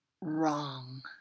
Wrong